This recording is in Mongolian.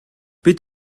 бид